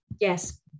Yes